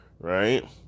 Right